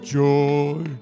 joy